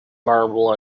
marble